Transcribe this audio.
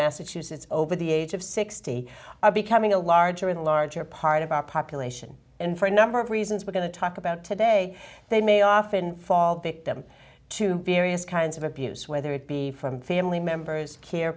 massachusetts over the age of sixty are becoming a larger and larger part of our population and for a number of reasons we're going to talk about today they may often fall victim to various kinds of abuse whether it be from family members care